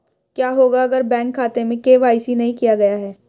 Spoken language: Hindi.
क्या होगा अगर बैंक खाते में के.वाई.सी नहीं किया गया है?